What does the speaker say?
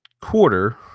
quarter